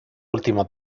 última